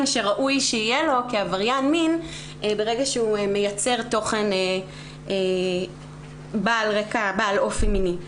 שראוי שיהיה לו כעבריין מין ברגע הוא מייצר תוכן בעל אופי מיני.